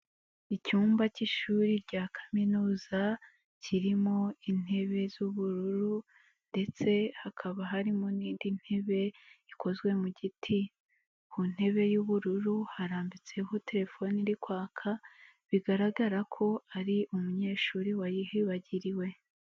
lcyumba cy'ishuri rya kaminuza kirimo intebe z'ubururu, ndetse hakaba harimo indi ntebe ikozwe mu giti ,ku ntebe y'ubururu harambitseho telephon iri kwaka ,bigaragara ko ari umunyeshuri wayihibagiriwe.